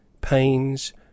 Pains